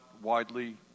widely